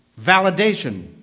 validation